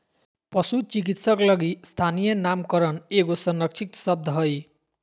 पशु चिकित्सक लगी स्थानीय नामकरण एगो संरक्षित शब्द हइ